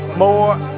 more